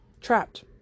trapped